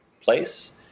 place